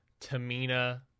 Tamina